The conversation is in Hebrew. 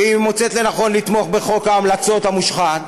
שמוצאת לנכון לתמוך בחוק ההמלצות המושחת